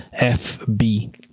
fb